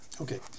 Okay